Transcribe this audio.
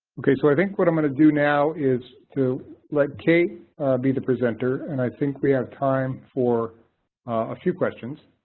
okay so i think what i'm going to do now is to let kate be the presenter, and i think we have time for a few questions.